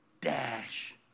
dash